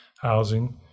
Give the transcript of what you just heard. housing